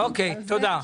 תודה.